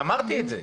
אמרתי את זה.